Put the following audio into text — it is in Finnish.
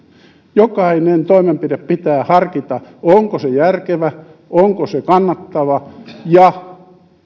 jokainen toimenpide pitää harkita onko se järkevä onko se kannattava ja